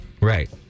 Right